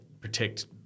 protect